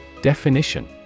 Definition